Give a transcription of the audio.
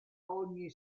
ogni